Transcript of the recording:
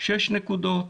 שש נקודות: